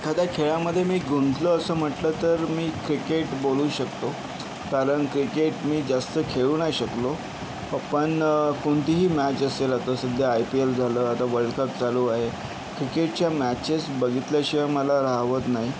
एखाद्या खेळामध्ये मी गुंतलो असं म्हटलं तर मी क्रिकेट बोलू शकतो कारण क्रिकेट मी जास्त खेळू नाही शकलो पण कोणतीही मॅच असेल आता सध्या आय पी एल झालं आता वर्ल्ड कप चालू आहे क्रिकेटच्या मॅचेस बघितल्याशिवाय मला राहवत नाही